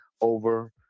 over